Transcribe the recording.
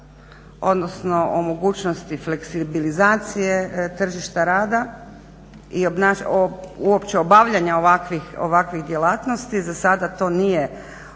odnosno o mogućnosti fleksibilizacije tržišta rada i uopće obavljanja ovakvih djelatnosti. Za sada to nije u